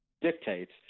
dictates